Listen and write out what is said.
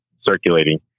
circulating